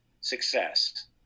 success